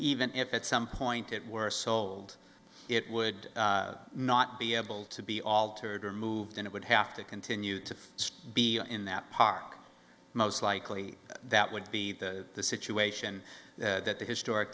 even if at some point it were sold it would not be able to be altered or moved and it would have to continue to be in that park most likely that would be the situation that the historic